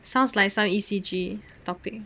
sounds like some E_C_G topic